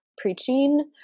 preaching